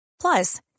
plus